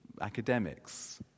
academics